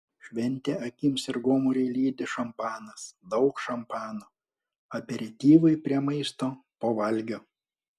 šventę akims ir gomuriui lydi šampanas daug šampano aperityvui prie maisto po valgio